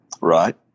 Right